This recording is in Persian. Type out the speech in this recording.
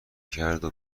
کرده